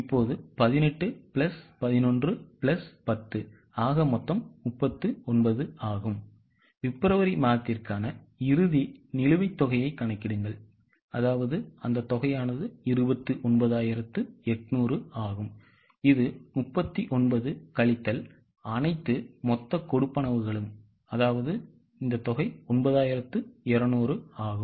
இப்போது 18 plus 11 plus 10 ஆக மொத்தம் 39 ஆகும் பிப்ரவரி மாதத்திற்கான இறுதி நிலுவைத் தொகையை கணக்கிடுங்கள் இது 29800 ஆகும் இது 39 கழித்தல் அனைத்து மொத்த கொடுப்பனவுகளும் இது 9200 ஆகும்